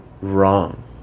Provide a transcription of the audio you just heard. Wrong